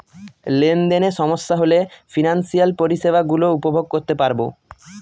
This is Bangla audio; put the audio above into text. লেনদেনে সমস্যা হলে ফিনান্সিয়াল পরিষেবা গুলো উপভোগ করতে পারবো